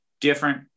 different